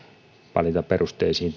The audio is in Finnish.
valintaperusteisiin